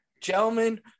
Gentlemen